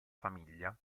famiglia